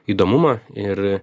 įdomumą ir